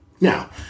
Now